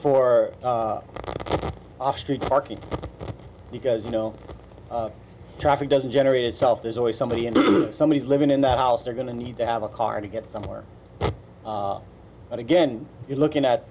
for off street parking because you know traffic doesn't generate itself there's always somebody in somebody's living in that house they're going to need to have a car to get somewhere but again you're looking at